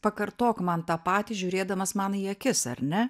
pakartok man tą patį žiūrėdamas man į akis ar ne